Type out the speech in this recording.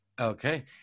Okay